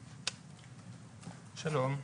שלום,